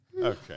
Okay